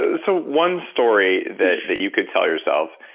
ah so one story that that you could tell yourself,